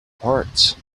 parts